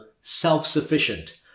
self-sufficient